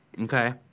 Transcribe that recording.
Okay